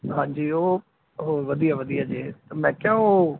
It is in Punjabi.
ਹਾਂਜੀ ਉਹ ਉਹ ਵਧੀਆ ਵਧੀਆ ਜੀ ਮੈਂ ਕਿਹਾ ਉਹ